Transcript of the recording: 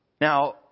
Now